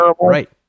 Right